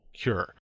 cure